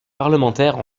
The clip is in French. parlementaire